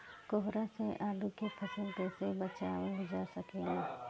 कोहरा से आलू के फसल कईसे बचावल जा सकेला?